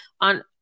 on